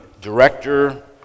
director